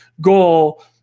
goal